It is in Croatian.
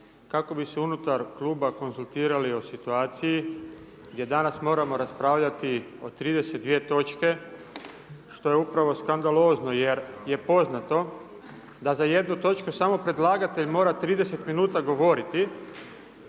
kako bi se unutar kluba konzultirali o situaciji gdje danas moramo raspravljati o 32 točke, što je upravo skandalozno jer je poznato da za jednu točku samo predlagatelj mora 30 minuta govoriti,